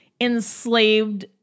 enslaved